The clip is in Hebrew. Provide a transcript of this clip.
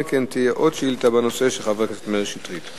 תהיה עוד שאילתא בנושא של חבר הכנסת מאיר שטרית.